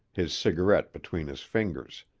his cigarette between his fingers.